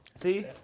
See